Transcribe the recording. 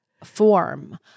Form